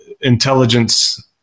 intelligence